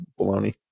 baloney